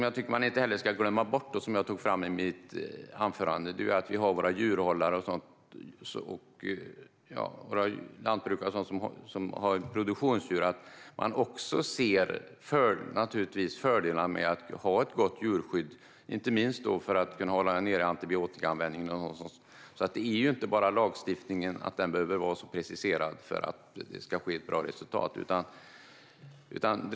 Jag tycker inte heller att man ska glömma bort, vilket jag tog upp i mitt anförande, att våra djurhållare och lantbrukare som har produktionsdjur också naturligtvis ser fördelar med att ha ett gott djurskydd, inte minst för att kunna hålla nere antibiotikaanvändningen. Det handlar inte bara om att lagstiftningen ska vara preciserad för att det ska bli ett bra resultat.